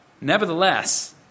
nevertheless